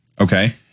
Okay